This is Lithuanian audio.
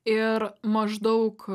ir maždaug